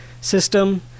system